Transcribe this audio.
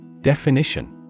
Definition